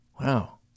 Wow